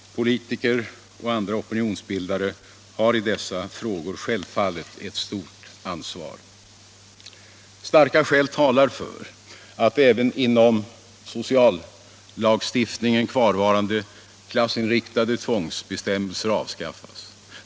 Politiker 'och andra opinionsbildare har i dessa frågor självfallet ett stort ansvar. Starka skäl talar för att även inom sociallagstiftningen kvarvarande klassinriktade tvångsbestämmelser avskaffas.